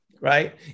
right